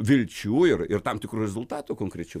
vilčių ir ir tam tikrų rezultatų konkrečių